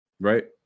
right